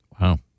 Wow